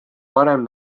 varem